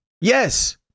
Yes